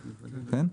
יש,